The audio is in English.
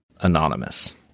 Anonymous